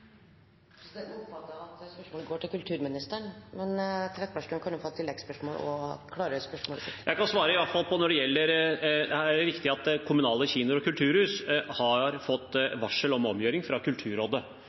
Presidenten oppfattet at spørsmålet går til kulturministeren, men Trettebergstuen kan jo få et oppfølgingsspørsmål og klargjøre spørsmålet sitt. Jeg kan iallfall svare på noe – det er riktig at kommunale kinoer og kulturhus har fått